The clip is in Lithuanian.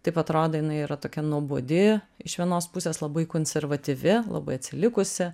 taip atrodė jinai yra tokia nuobodi iš vienos pusės labai konservatyvi labai atsilikusi